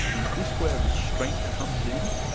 is this where restraint comes in?